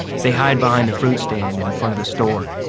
they hide behind the fruit stand in front of the store,